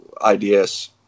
ideas